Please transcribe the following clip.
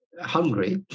hungry